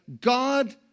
God